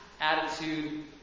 attitude